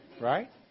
Right